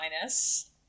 minus